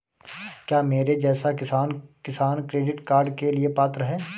क्या मेरे जैसा किसान किसान क्रेडिट कार्ड के लिए पात्र है?